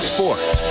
Sports